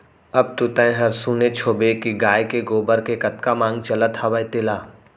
अब तो तैंहर सुनेच होबे के गाय के गोबर के कतका मांग चलत हवय तेला